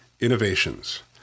Innovations